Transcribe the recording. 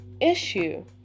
issue